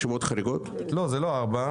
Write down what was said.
זה לא ארבע.